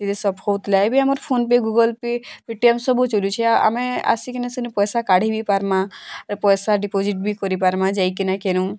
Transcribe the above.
ସବ୍ ହୋତ୍ଲେ ବି ଆମର୍ ଫୋନ୍ପେ ଗୁଗୁଲ୍ ପେ ପେଟିଏମ୍ ସବୁ ଚଲୁଛି ଆମେ ଆସିକିନା ସେନେ ପଇସା କାଢ଼ି ବି ପାର୍ମା ଆର୍ ପଇସା ଡ଼ିପୋଜିଟ୍ ବି କରି ପାରିମାଁ ଯାଇକିନା କେନୁ